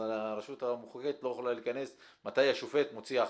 הרשות המחוקקת לא יכולה להיכנס מתי השופט מוציא החלטה.